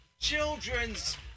children's